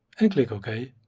and click okay.